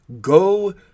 Go